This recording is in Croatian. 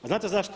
A znate zašto?